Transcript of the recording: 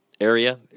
area